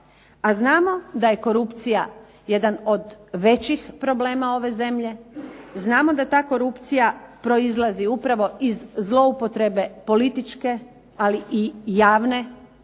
A znamo da je korupcija jedna od većih problema ove zemlje, znamo da ta korupcija proizlazi upravo iz zloupotrebe političke, ali i javne